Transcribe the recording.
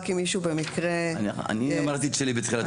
רק אם מישהו במקרה --- אני אמרתי את שלי בתחילת